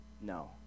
No